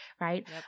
Right